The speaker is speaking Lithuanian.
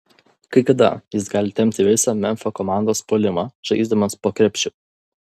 kai kada jis gali tempti visą memfio komandos puolimą žaisdamas po krepšiu